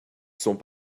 sont